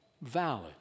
valid